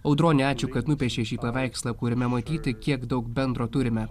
audroni ačiū kad nupiešei šį paveikslą kuriame matyti kiek daug bendro turime